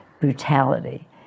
brutality